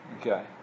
Okay